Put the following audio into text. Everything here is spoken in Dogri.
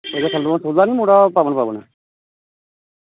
तेरे कन्नै गै ओह् मुड़ा ना पवन पवन